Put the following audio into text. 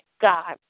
God